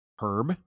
Herb